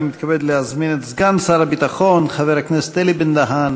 אני מתכבד להזמין את סגן שר הביטחון חבר הכנסת אלי בן-דהן